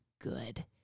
good